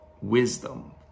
wisdom